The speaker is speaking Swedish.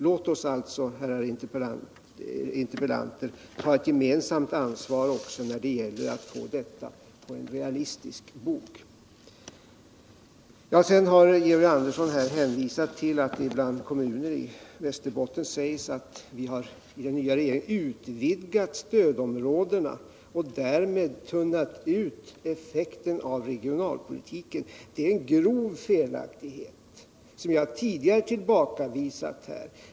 Låt oss alltså, herrar interpellanter, ta ett gemensamt ansvar också när det gäller att få det hela på en realistisk bog! Georg A.ndersson har hänvisat till att det bland kommuner i Västerbotten sägs alt vi iden nya regeringen har utvidgat stödområdena och därmed tunnat ut effekten av regionalpolitiken. Det är en grov felaktighet, som jag tidigare tillbakavisat här.